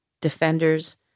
defenders